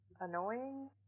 annoying